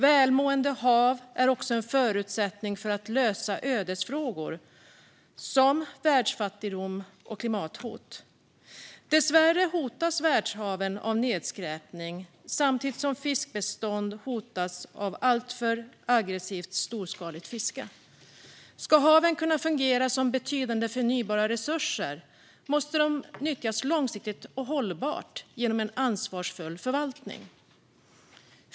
Välmående hav är också en förutsättning för att lösa ödesfrågor som världsfattigdom och klimathot. Dessvärre hotas världshaven av nedskräpning, samtidigt som fiskbestånd hotas av alltför aggressivt, storskaligt fiske. Ska haven kunna fungera som betydande förnybara resurser måste de nyttjas långsiktigt och hållbart genom en ansvarsfull förvaltning.